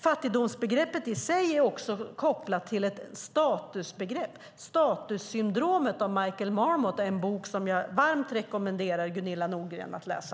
Fattigdomsbegreppet i sig är kopplat till status. Statussyndromet av Michael Marmot är en bok som jag varmt rekommenderar Gunilla Nordgren att läsa.